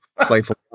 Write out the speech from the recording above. playful